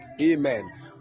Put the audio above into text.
Amen